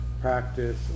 practice